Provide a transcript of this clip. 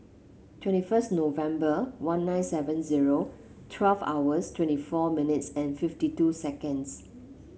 twenty first November one nine seven zero twelve hours twenty four minutes and fifty two seconds